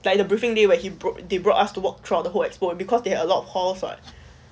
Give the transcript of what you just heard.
like the briefing day where he broug~ they brought us to walk throughout the whole expo because they have a lot halls [what]